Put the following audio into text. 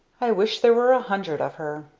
i wish there were a hundred of her!